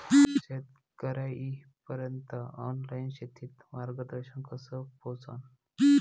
शेतकर्याइपर्यंत ऑनलाईन शेतीचं मार्गदर्शन कस पोहोचन?